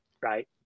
right